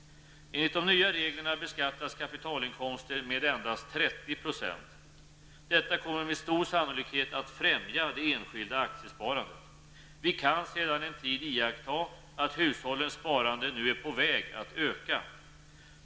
Enligt de nya reglerna beskattas kapitalinkomster med endast 30 %. Detta kommer med stor sannolikhet att främja det enskilda aktiesparandet. Vi kan sedan en tid iaktta att hushållens sparande nu är på väg att öka.